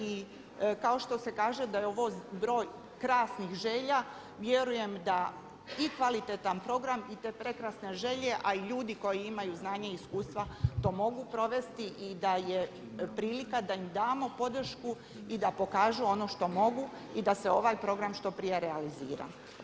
I kao što se kaže da je ovo broj krasnih želja vjerujem da i kvalitetan program i te prekrasne želje, a i ljudi koji imaju znanje i iskustva to mogu provesti i da je prilika da im damo podršku i da pokažu ono što mogu i da se ovaj program što prije realizira.